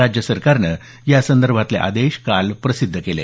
राज्य सरकारनं यासंदर्भातले आदेश काल प्रसिद्ध केले